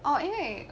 orh 因为